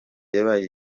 yabaye